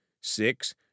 Six